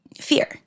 fear